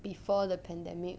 before the pandemic